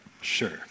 Sure